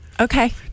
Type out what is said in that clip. Okay